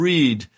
Read